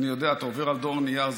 אני יודע, אתה עובר על דואר נייר.